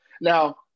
Now